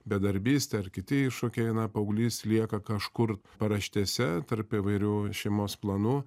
bedarbystė ar kiti iššūkiai na paauglys lieka kažkur paraštėse tarp įvairių šeimos planų